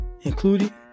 including